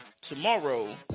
tomorrow